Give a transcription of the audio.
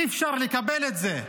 אי-אפשר לקבל את זה.